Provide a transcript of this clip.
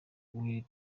w’iri